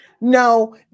No